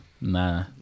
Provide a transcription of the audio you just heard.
Nah